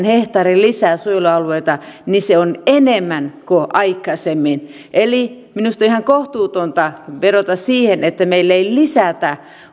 hehtaari lisää suojelualueita niin se on enemmän kuin aikaisemmin eli minusta on ihan kohtuutonta vedota siihen että meillä ei lisätä